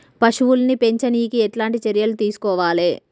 పశువుల్ని పెంచనీకి ఎట్లాంటి చర్యలు తీసుకోవాలే?